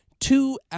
Two